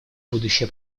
будущее